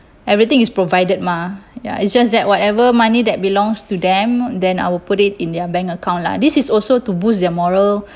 everything is provided mah ya it's just that whatever money that belongs to them then I will put it in their bank account lah this is also to boost their moral